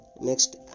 Next